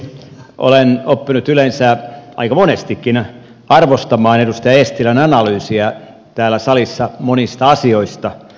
olen oppinut yleensä aika monestikin arvostamaan edustaja eestilän analyysiä täällä salissa monista asioista